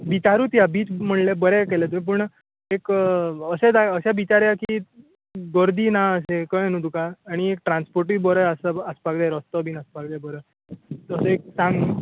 बिचारूच या बीच म्हणळ्यार बरे केलें तुवेंन पूण एक अशें अशें बिचार या की गर्दी ना अशे कळ्ळें न्हू तुका आनी एक ट्रान्सपॉर्टूय बरो आस आसपाक जाय रस्तो बीन तसो एक सांग